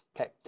Okay